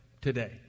today